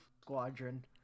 squadron